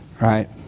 Right